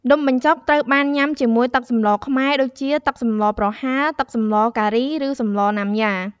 នំបញ្ចុកត្រូវបានញ៉ាំជាមួយទឹកសម្លរខ្មែរដូចជា ទឹកសម្លរប្រហើរ ទឹកសម្លរការី ឬសម្លរណាំយ៉ា។